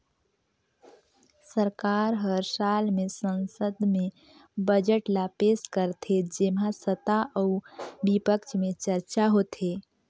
सरकार हर साल में संसद में बजट ल पेस करथे जेम्हां सत्ता अउ बिपक्छ में चरचा होथे